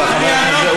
ברור, חבר הכנסת.